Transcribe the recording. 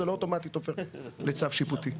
זה לא אוטומטית הופך לצו שיפוטי.